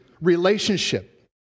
relationship